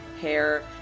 hair